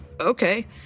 okay